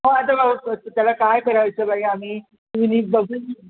आता त्याला करायचं बाई आम्ही तुम्ही नीट बघून